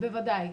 בוודאי.